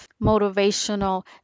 motivational